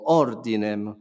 ordinem